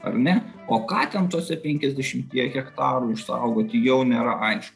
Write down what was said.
ar ne o ką ten tuose penkiasdešimtyje hektarų išsaugoti jau nėra aišku